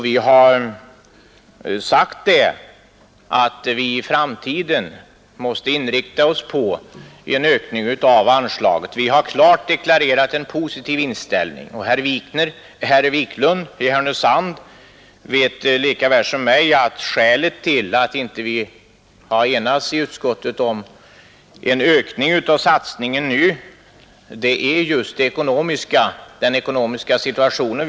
Vi har även sagt att vi i framtiden måste inrikta oss på att få till stånd en ökning av anslaget. Vi har alltså klart deklarerat en positiv inställning. Herr Wiklund i Härnösand vet lika väl som jag att skälet till att utskottet ändå inte enats om en ökning av satsningen är just den ekonomiska situationen.